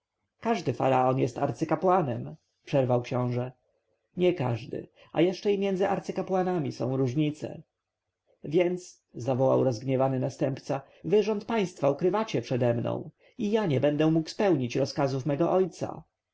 każdy faraon jest arcykapłanem przerwał książę nie każdy a jeszcze i między arcykapłanami są różnice więc zawołał rozgniewany następca wy rząd państwa ukrywacie przede mną i ja nie będę mógł spełnić rozkazów mego ojca